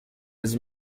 his